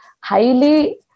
highly